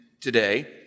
today